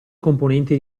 componenti